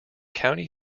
county